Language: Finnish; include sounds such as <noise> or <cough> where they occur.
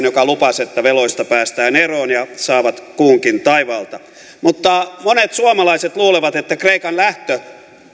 <unintelligible> joka lupasi että veloista päästään eroon ja saavat kuunkin taivaalta mutta monet suomalaiset luulevat että kreikan lähtö